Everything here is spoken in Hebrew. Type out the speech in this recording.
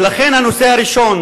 ולכן הנושא הראשון,